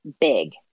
big